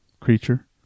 creature